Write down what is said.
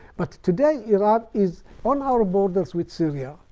but today, iran is on our borders with syria,